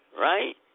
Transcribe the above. Right